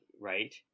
Right